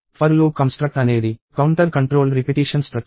for loop construct అనేది counter controlled repetition structure